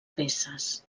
peces